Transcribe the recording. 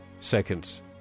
seconds